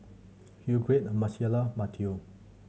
Hildegarde Marcella Matteo